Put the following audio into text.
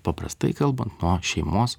paprastai kalbant nuo šeimos